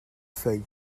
feuilles